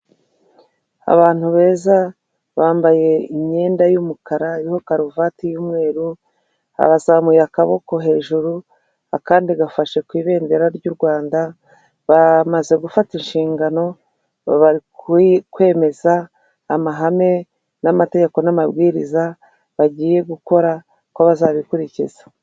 Abantu beza bambaye imyenda y'umukara iriho karuvati y'umweru bazamuye akaboko hejuru akandi gafashe ku ibendera ry'u Rwanda bamaze gufata inshingano bari kwemeza amahame n'amategeko n'amabwiriza bagiye gukora ko bazabikurikiza.